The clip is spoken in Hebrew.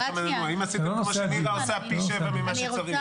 האם עשיתם פי 7 ממה שצריך?